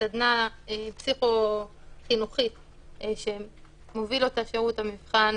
סדנה פסיכו-חינוכית של שירות המבחן